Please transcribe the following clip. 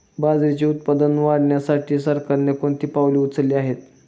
बाजरीचे उत्पादन वाढविण्यासाठी सरकारने कोणती पावले उचलली आहेत?